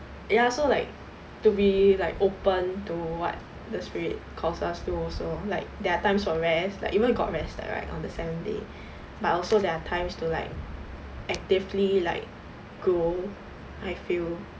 ya so like to be like open to what the spirit calls us do also like there are times for rest like even god rested right on the seventh day but also there are times to like actively like go I feel